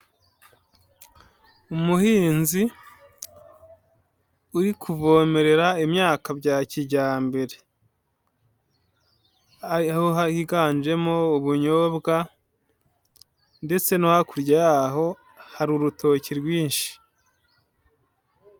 Umuhinzi uri kuvomerera imyaka bya kijyambere, higanjemo ubunyobwa, ndetse no hakurya yaho hari urutoki rwinshi.